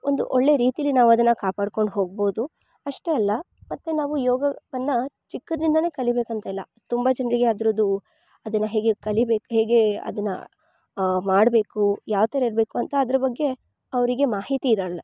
ಒಂದು ಒಳ್ಳೆ ರೀತಿಲಿ ನಾವ್ ಅದನ್ನ ಕಾಪಾಡ್ಕೊಂಡ್ ಹೋಗ್ಬೌದು ಅಷ್ಟೆ ಅಲ್ಲ ಮತ್ತೆ ನಾವು ಯೋಗವನ್ನ ಚಿಕ್ಕದಿಂದನೇ ಕಲಿಬೇಕಂತಿಲ್ಲ ತುಂಬ ಜನ್ರಿಗೆ ಅದ್ರದ್ದು ಅದನ್ನ ಹೇಗೆ ಕಲಿಬೇಕ್ ಹೇಗೆ ಅದನ್ನ ಮಾಡ್ಬೇಕು ಯಾವ್ತರ ಇರ್ಬೇಕುಂತ ಅದ್ರ್ ಬಗ್ಗೆ ಅವ್ರಿಗೆ ಮಾಹಿತಿಯಿರಲ್ಲ